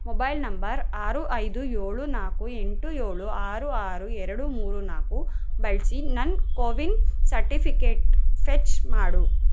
mobile number ಆರು ಐದು ಏಳು ನಾಲ್ಕು ಎಂಟು ಏಳು ಆರು ಆರು ಎರಡು ಮೂರು ನಾಲ್ಕು ಬಳಸಿ ನನ್ನ ಕೋವಿನ್ ಸರ್ಟಿಫಿಕೇಟ್ ಫೆಚ್ ಮಾಡು